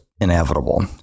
inevitable